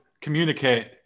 communicate